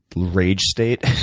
rage state?